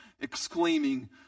exclaiming